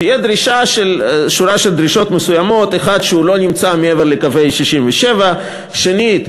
תהיה שורה של דרישות מסוימות: 1. שהוא לא נמצא מעבר לקווי 67'; שנית,